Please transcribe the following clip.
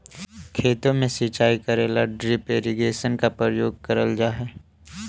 खेतों में सिंचाई करे ला ड्रिप इरिगेशन का प्रयोग करल जा हई